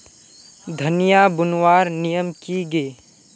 धनिया बूनवार नियम की गे?